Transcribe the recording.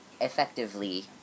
effectively